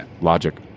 Logic